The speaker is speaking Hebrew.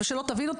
ושלא תבינו,